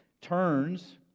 turns